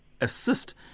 assist